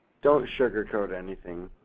don't sugarcoat anything